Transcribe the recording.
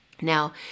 Now